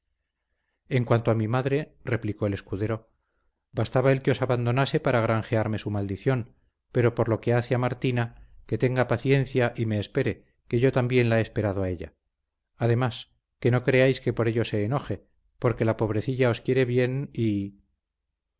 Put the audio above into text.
en cuanto a mi madre replicó el escudero bastaba el que os abandonase para granjearme su maldición pero por lo que hace a martina que tenga paciencia y me espere que yo también la he esperado a ella además que no creáis que por eso se enoje porque la pobrecilla os quiere bien y